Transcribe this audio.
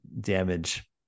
damage